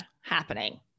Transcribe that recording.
happening